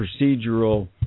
procedural